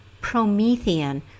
Promethean